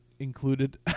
included